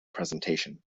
presentation